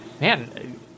man